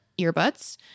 Earbuds